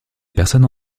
personnes